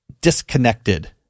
disconnected